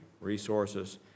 Resources